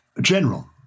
General